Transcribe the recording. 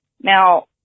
Now